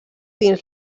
dins